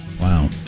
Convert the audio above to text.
Wow